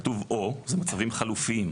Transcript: זה מצבים חלופיים,